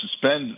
suspend